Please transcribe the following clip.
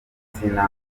w’igitsina